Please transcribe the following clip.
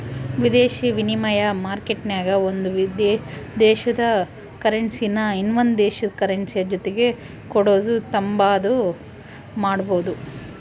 ವಿದೇಶಿ ವಿನಿಮಯ ಮಾರ್ಕೆಟ್ನಾಗ ಒಂದು ದೇಶುದ ಕರೆನ್ಸಿನಾ ಇನವಂದ್ ದೇಶುದ್ ಕರೆನ್ಸಿಯ ಜೊತಿಗೆ ಕೊಡೋದು ತಾಂಬಾದು ಮಾಡ್ಬೋದು